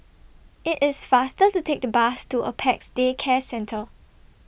IT IS faster to Take The Bus to Apex Day Care Centre